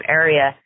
area